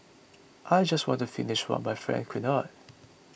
I just want to finish what my friends could not